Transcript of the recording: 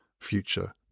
future